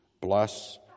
Bless